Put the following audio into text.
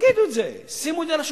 תגידו את זה, שימו את זה על השולחן.